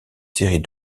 série